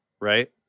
right